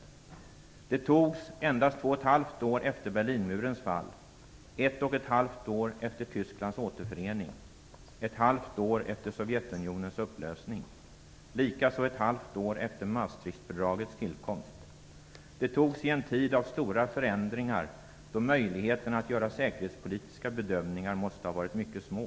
Beslutet togs endast två och ett halvt år efter Berlinmurens fall, ett och ett halvt år efter Tysklands återförening, ett halvt år efter Sovjetunionens upplösning och likaså ett halvt år efter Maastrichtfördragets tillkomst. Det togs i en tid av stora förändringar, då möjligheterna att göra säkerhetspolitiska bedömningar måste ha varit mycket små.